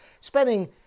spending